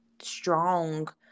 strong